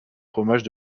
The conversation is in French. fromage